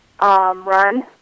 run